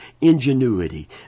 ingenuity